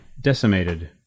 decimated